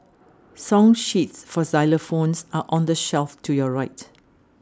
song sheets for xylophones are on the shelf to your right